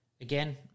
again